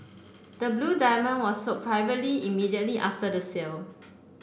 the blue diamond was sold privately immediately after the sale